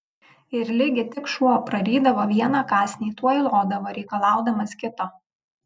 ir ligi tik šuo prarydavo vieną kąsnį tuoj lodavo reikalaudamas kito